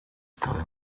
strade